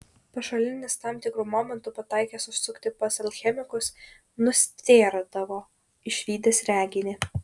pašalinis tam tikru momentu pataikęs užsukti pas alchemikus nustėrdavo išvydęs reginį